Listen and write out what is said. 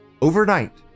overnight